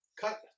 Cut